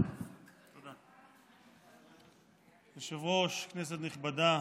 כבוד היושב-ראש, כנסת נכבדה,